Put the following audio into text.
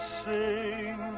sing